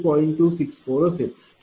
264 असेल